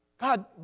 God